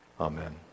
Amen